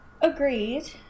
Agreed